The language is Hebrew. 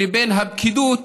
ובין הפקידות,